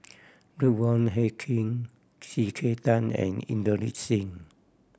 Ruth Wong Hie King C K Tang and Inderjit Singh